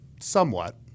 somewhat